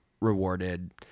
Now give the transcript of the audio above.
rewarded